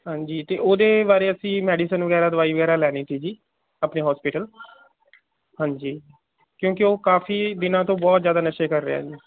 ਹਾਂਜੀ ਅਤੇ ਉਹਦੇ ਬਾਰੇ ਅਸੀਂ ਮੈਡੀਸਨ ਵਗੈਰਾ ਦਵਾਈ ਵਗੈਰਾ ਲੈਣੀ ਸੀ ਜੀ ਆਪਣੇ ਹੋਸਪੀਟਲ ਹਾਂਜੀ ਕਿਉਂਕਿ ਉਹ ਕਾਫੀ ਦਿਨਾਂ ਤੋਂ ਬਹੁਤ ਜ਼ਿਆਦਾ ਨਸ਼ੇ ਕਰ ਰਿਹਾ ਜੀ